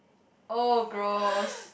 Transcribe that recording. oh gross